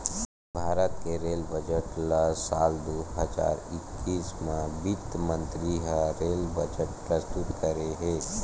भारत के rail budget ल साल दू हजार एक्कीस म बित्त मंतरी ह रेल बजट प्रस्तुत करे हे